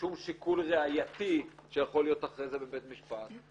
בשום שיקול ראייתי שיכול להיות אחרי זה לבית משפט.